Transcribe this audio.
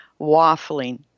waffling